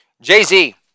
Jay-Z